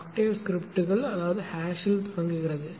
Octave ஸ்கிரிப்ட்கள் அதாவது இல் தொடங்குகிறது